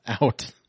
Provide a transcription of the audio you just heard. out